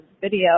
video